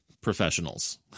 professionals